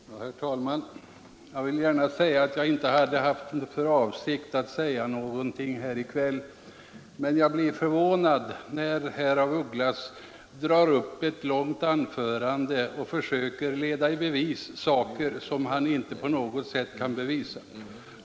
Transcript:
Herr talman! Jag vill gärna säga att jag inte hade för avsikt att begära ordet i kväll. Men jag måste uttala min förvåning när herr af Ugglas i ett långt anförande kommer med påståenden som han inte på något sätt kan leda i bevis.